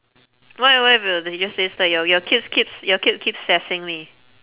what if what if uh the teacher says like your your kids keeps your kid keeps sassing me